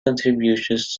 contributions